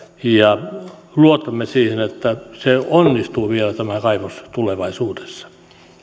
ja luotamme siihen että tämä kaivos onnistuu vielä tulevaisuudessa